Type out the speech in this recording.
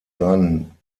seinen